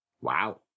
Wow